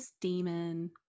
demon